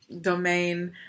domain